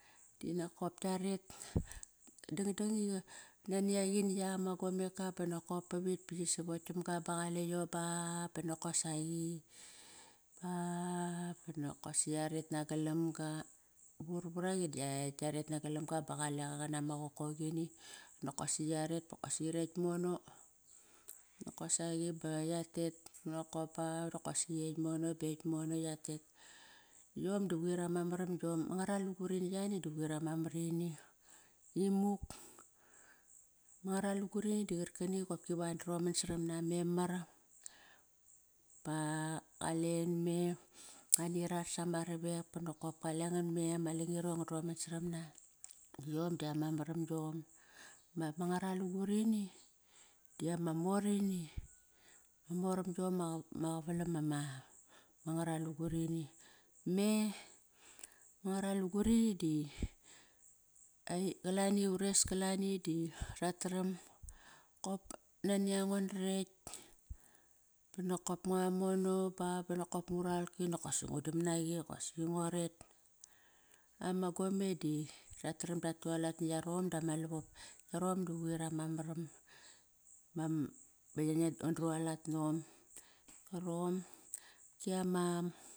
Dinokop kiaret, dangdang i naniaqi na yak ama gomeka bonokop pavit ba qi savoktam ga ba qaliom ba bonokosaqi ba bonokosi yaret na galam ga. Vur varaqi da yaret nagalam ga ba qale qa qanama qokoqini. Nokosi yaret ba nokosi ekt mono nokosaqi ba yatet nokop ba nokopsi ekt mono ba ekt mono yatet. Yom di quir ama maram giom, ma ngaralugurini yani du quir ama mar ini imuk. Ma ngaralugurini di qarkani qopki van droman saram na memar ba qalen me, ani rar sama ravek banokop kalengan me, ma langirong, ngo droman saram na yom dama maram giom. Ma ngara lugurini diama mor ini, moram giom ama qavalam ama ngaralugunri me na ngara lugurini di qalani ures. Kalani di rat taram nani ango na rekt bonokop ngua mono ba bungu ralki nokosi ngu dam naqi qosaqi ngo ret. Ama gome di rataram datualat na yarom dama lavop. Yarom du quir ama ma ram va ngan drualat nom.